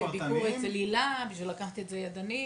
כולל ביקור אצל הילה בשביל לקחת את זה ידנית,